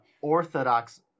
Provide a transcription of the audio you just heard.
orthodox